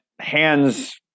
hands